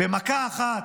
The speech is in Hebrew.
במכה אחת.